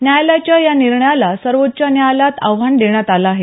न्यायालयाच्या या निर्णयाला सर्वोच्च न्यायालयात आव्हान देण्यात आलं आहे